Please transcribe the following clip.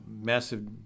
massive